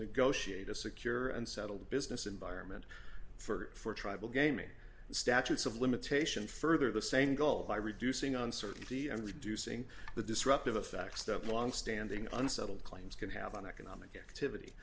negotiate a secure and settled business environment for tribal gaming statutes of limitation further the same goal by reducing uncertainty and reducing the disruptive affects that longstanding unsettled claims can have on economic activity